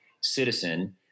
citizen